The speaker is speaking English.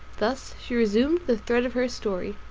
thus she resumed the thread of her story